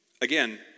Again